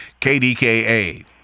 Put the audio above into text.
KDKA